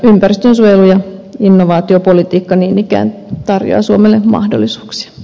ympäristönsuojelu ja innovaatiopolitiikka niin ikään tarjoaa suomelle mahdollisuuksia